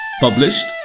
published